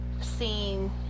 seen